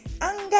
Anger